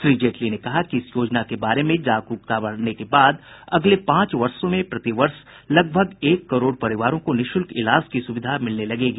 श्री जेटली ने कहा कि इस योजना के बारे में जागरूकता बढ़ने के बाद अगले पांच वर्षों में प्रतिवर्ष करीब एक करोड़ परिवारों को निःशुल्क इलाज की सुविधा मिलने लगेगी